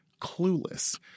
clueless